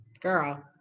girl